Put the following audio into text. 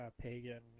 pagan